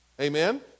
Amen